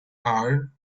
are